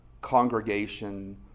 congregation